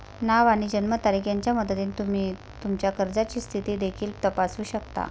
नाव आणि जन्मतारीख यांच्या मदतीने तुम्ही तुमच्या कर्जाची स्थिती देखील तपासू शकता